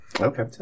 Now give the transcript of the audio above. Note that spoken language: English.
Okay